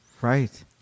Right